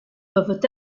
peuvent